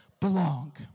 Belong